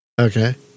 Okay